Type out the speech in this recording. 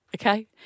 Okay